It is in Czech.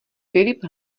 filip